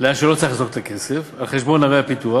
לאן שלא צריך לזרוק את הכסף, על חשבון ערי הפיתוח,